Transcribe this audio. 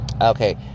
Okay